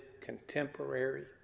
contemporary